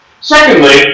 Secondly